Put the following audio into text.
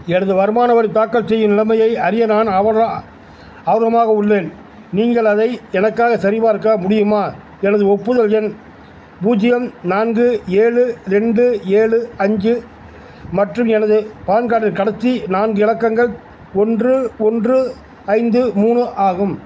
எனது வருமான வரி தாக்கல் செய்யும் நிலமையை அறிய நான் ஆவலா ஆர்வமாக உள்ளேன் நீங்கள் அதை எனக்காகச் சரிபார்க்க முடியுமா எனது ஒப்புதல் எண் பூஜ்ஜியம் நான்கு ஏழு ரெண்டு ஏழு அஞ்சு மற்றும் எனது பான் கார்டின் கடைசி நான்கு இலக்கங்கள் ஒன்று ஒன்று ஐந்து மூணு ஆகும்